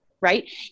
right